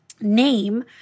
name